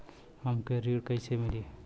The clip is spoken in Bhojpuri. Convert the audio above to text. हमके ऋण कईसे मिली?